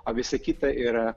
o visai kita yra